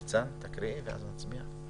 ניצן, תקריאי ואז נצביע.